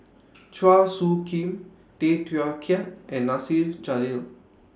Chua Soo Khim Tay Teow Kiat and Nasir Jalil